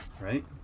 right